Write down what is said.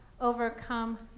overcome